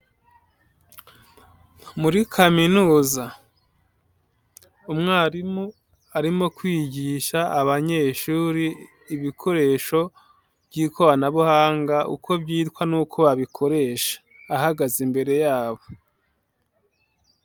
Muri kaminuza, umwarimu arimo kwigisha abanyeshuri ibikoresho by'ikoranabuhanga uko byitwa nuko abikoresha, ahagaze imbere yabo.